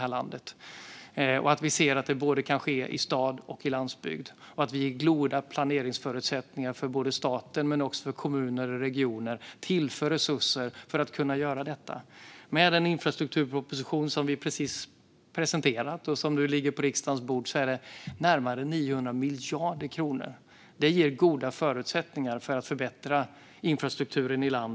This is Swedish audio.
Det handlar om att vi ser att det kan ske i både stad och landsbygd och om att vi ger goda planeringsförutsättningar för staten men också för kommuner och regioner och tillför resurser så att detta kan göras. Med den infrastrukturproposition som vi precis presenterat och som nu ligger på riksdagens bord är det närmare 900 miljarder kronor. Det ger goda förutsättningar för att förbättra infrastrukturen i landet.